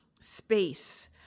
space